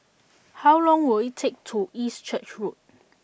how long will it take to walk to East Church Road